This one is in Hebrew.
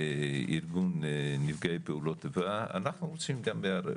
ארגון נפגעי פעולות איבה אנחנו רוצים גם בהר הרצל.